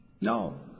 No